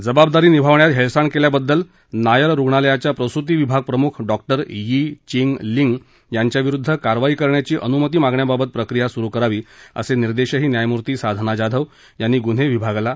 जबाबदारी निभावण्यात हेळसांड केल्याबददल नायर रुग्णालयाच्या प्रसूतीविभाग प्रम्ख डॉ यी चींग लिंग यांच्याविरुद्ध कारवाई करण्याची अन्मती मागण्याबाबत प्रक्रिया स्रु करावी असे निर्देशही न्यायमूर्ती साधना जाधव यांनी ग्न्हे विभागाला दिले